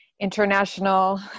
international